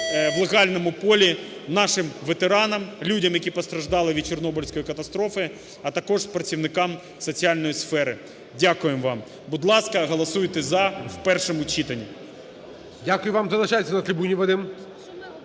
в легальному полі нашим ветеранам, людям, які постраждали від Чорнобильської катастрофи, а також працівникам соціальної сфери. Дякуємо вам. Будь ласка, голосуйте "за" в першому читанні. ГОЛОВУЮЧИЙ. Дякую вам. Залишайтесь на трибуні, Вадиме.